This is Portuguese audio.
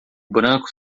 branco